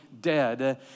dead